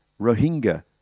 Rohingya